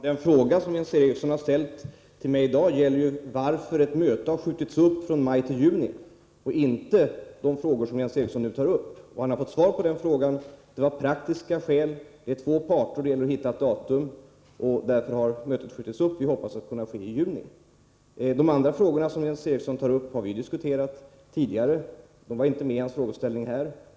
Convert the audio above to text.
Herr talman! Den fråga som Jens Eriksson har ställt till mig i dag gäller ju varför ett möte har skjutits upp från maj till juni — och inte det som Jens Eriksson nu tar upp. Han har fått svar på den fråga han ställde — det var praktiska skäl. Det är två parter och det gäller att hitta ett datum, och därför har mötet skjutits upp. Vi hoppas att mötet skall kunna äga rum i juni. De andra frågor som Jens Eriksson tar upp har vi diskuterat tidigare — de var inte med i hans frågeställning här.